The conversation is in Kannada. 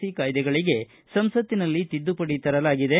ಸಿ ಕಾಯ್ದೆಗಳಿಗೆ ಸಂಸತ್ತಿನಲ್ಲಿ ತಿದ್ದುಪಡಿ ತರಲಾಗಿದೆ